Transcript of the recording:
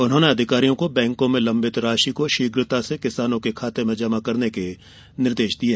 उन्होंने अधिकारियों को बैंकों में लम्बित राशि का शीघ्रता से किसानों के खाते में जमा कराने के निर्देश दिये